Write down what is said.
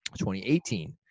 2018